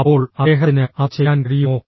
അപ്പോൾ അദ്ദേഹത്തിന് അത് ചെയ്യാൻ കഴിയുമോ